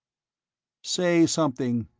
say something,